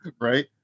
right